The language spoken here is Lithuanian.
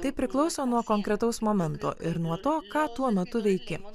tai priklauso nuo konkretaus momento ir nuo to ką tuo metu veiki